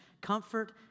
Comfort